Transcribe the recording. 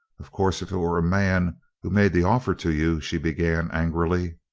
of course if it were a man who made the offer to you she began angrily.